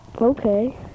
Okay